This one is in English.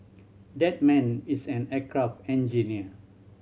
that man is an aircraft engineer